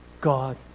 God